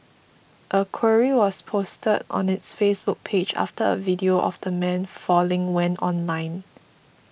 a query was posted on its Facebook page after a video of the man falling went online